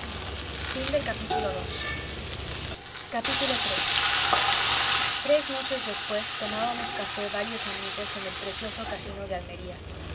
otro habíamos llorado juntos iii tres noches después tomábamos café varios amigos en el precioso casino de almería